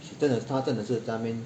是真的她真的是那边